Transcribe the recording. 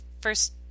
first